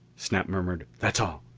snap murmured, that's all.